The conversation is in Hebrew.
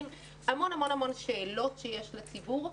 המון שאלות שיש לציבור.